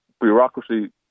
bureaucracy